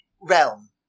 realm